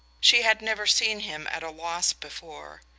she had never seen him at a loss before.